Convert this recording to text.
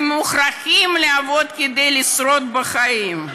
הם מוכרחים לעבוד כדי לשרוד בחיים.